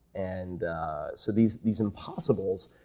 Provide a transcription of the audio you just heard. and so these these impossibles,